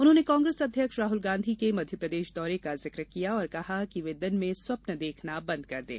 उन्होंने कांग्रेस अध्यक्ष राहल गांधी के मध्यप्रदेश दौरे का जिक्र किया और कहा कि वे दिन में स्वप्न देखना बंद कर दें